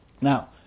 Now